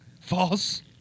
False